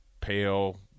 pale